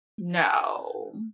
No